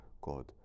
God